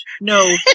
no